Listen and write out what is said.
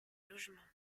logements